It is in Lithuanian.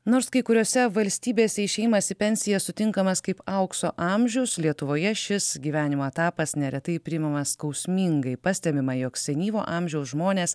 nors kai kuriose valstybėse išėjimas į pensiją sutinkamas kaip aukso amžius lietuvoje šis gyvenimo etapas neretai priimamas skausmingai pastebima jog senyvo amžiaus žmonės